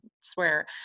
swear